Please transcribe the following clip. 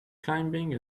climbing